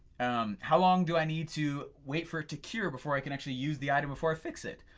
um how long do i need to wait for it to cure before i can actually use the item before i fix it.